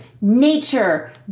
nature